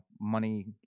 money